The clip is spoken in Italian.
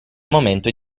momento